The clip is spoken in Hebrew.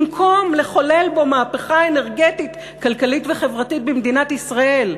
במקום לחולל בו מהפכה אנרגטית כלכלית וחברתית במדינת ישראל.